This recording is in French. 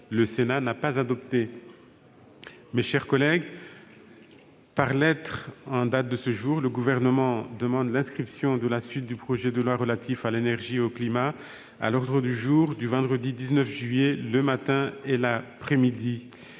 Le Sénat n'a pas adopté. Mes chers collègues, par lettre en date de ce jour, le Gouvernement demande l'inscription de la suite du projet de loi relatif à l'énergie et au climat à l'ordre du jour du vendredi 19 juillet, le matin et l'après-midi.